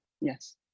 Yes